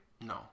No